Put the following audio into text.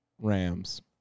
Rams